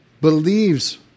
believes